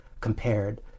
compared